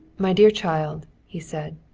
my dear child, he said,